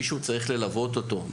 מישהו צריך ללוות אותו,